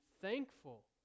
thankful